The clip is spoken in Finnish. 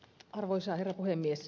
arvoisa herra puhemies